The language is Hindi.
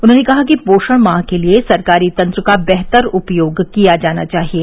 उन्होंने कहा कि पोषण माह के लिये सरकारी तंत्र का बेहतर उपयोग किया जाना चाहिये